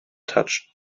touched